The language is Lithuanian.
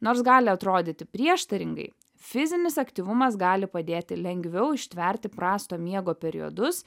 nors gali atrodyti prieštaringai fizinis aktyvumas gali padėti lengviau ištverti prasto miego periodus